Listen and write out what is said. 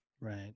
Right